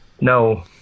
No